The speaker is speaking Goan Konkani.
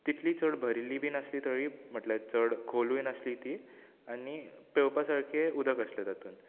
तितलीय चड भरिल्ली बी नासली तळी म्हटल्यार चड खोलूय नासली ती आनी पेंवपा सारकें उदक आसलें तेतून